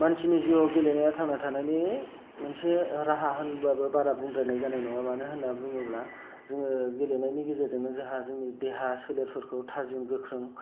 मानसिनि जिउआव गेलेनाया थांना थानायनि मोनसे राहा होनब्लाबो बारा बुंद्रायनाय जानाय नङा मानो होनना बुङोब्ला जोङो गेलेनायनि गेजेरजोंनो जोंहा जोंनि देहा सोलेरफोरखौ थाजिम गोख्रों